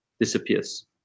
disappears